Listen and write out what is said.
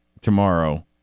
tomorrow